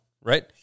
right